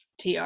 TR